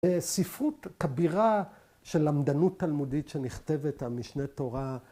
‫ספרות כבירה של עמדנות תלמודית ‫שנכתבת על משנה תורה.